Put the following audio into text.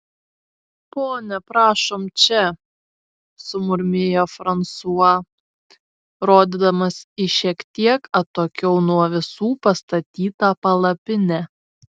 ponia prašom čia sumurmėjo fransua rodydamas į šiek tiek atokiau nuo visų pastatytą palapinę